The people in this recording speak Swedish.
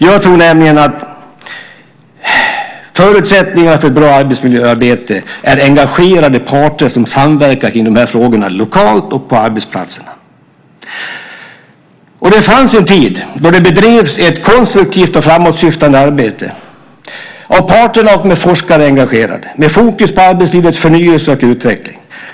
Jag tror nämligen att förutsättningar för ett bra arbetsmiljöarbete är engagerade parter som samverkar kring frågorna lokalt på arbetsplatserna. Det fanns en tid då det bedrevs ett konstruktivt och framåtsyftande arbete av parterna och med forskare engagerade, med fokus på arbetslivets förnyelse och utveckling.